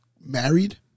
married